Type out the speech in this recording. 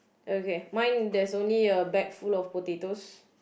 okay mine there's only a bag full of potatoes